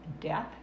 death